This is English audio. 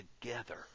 together